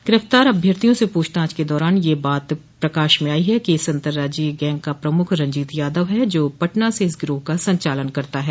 गिरफ़्तार अभ्यर्थियों से पूछताछ के दौरान यह बात प्रकाश में आई है कि इस अतंर्राज्यीय गैंग का प्रमुख रंजीत यादव है जो पटना से इस गिरोह का संचालन करता है